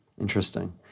Interesting